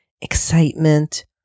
excitement